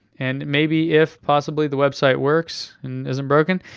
and maybe if possibly the website works and isn't broken,